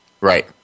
Right